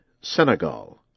Senegal